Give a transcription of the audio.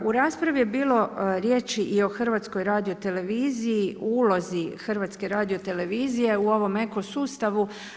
U raspravi je bilo riječi i o HRT-u, o ulozi HRT-a u ovom eko sustavu.